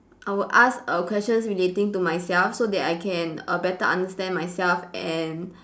I would ask err questions relating to myself so that I can err better understand myself and